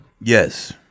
Yes